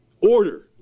order